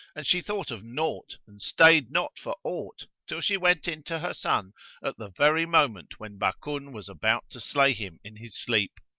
and she thought of naught and stayed not for aught till she went in to her son at the very moment when bakun was about to slay him in his sleep.